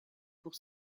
pour